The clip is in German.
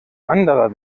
anderer